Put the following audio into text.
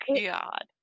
God